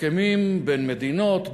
הסכמים בין מדינות,